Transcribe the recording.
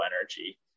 energy